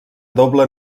doble